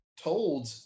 told